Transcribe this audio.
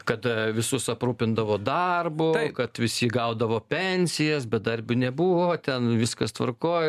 kad visus aprūpindavo darbu kad visi gaudavo pensijas bedarbių nebuvo ten viskas tvarkoj